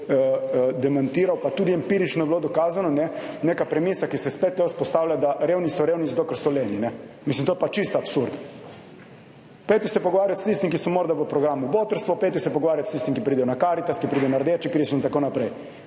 demantiral, pa tudi empirično je bilo dokazano, ne neka premisa, ki se spet to vzpostavlja, da revni so revni zato, ker so leni. Mislim, to je pa čisto absurd. Pojdite se pogovarjati s tistim, ki so morda v programu botrstva, pojdite se pogovarjati s tistim, ki pridejo na Karitas, ki pride na Rdeči križ in tako naprej.